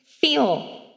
feel